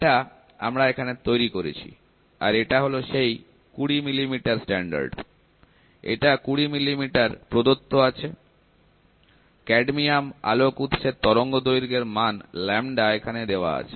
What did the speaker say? এটা আমরা এখানে তৈরি করেছি আর এটা হল সেই 20 মিলিমিটার স্ট্যান্ডার্ড এটা কুড়ি মিলিমিটার প্রদত্ত আছে ক্যাডমিয়াম আলোক উৎসের তরঙ্গ দৈর্ঘ্যের মান এখানে দেওয়া আছে